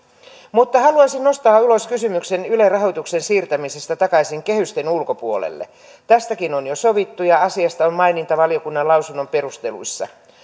mutta haluaisin nostaa kysymyksen ylen rahoituksen siirtämisestä takaisin kehysten ulkopuolelle tästäkin on jo sovittu ja asiasta on maininta valiokunnan lausunnon perusteluissa